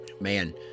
man